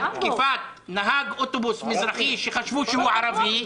תקיפת נהג אוטובוס מזרחי שחשבו שהוא ערבי,